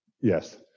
Yes